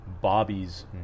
Bobby's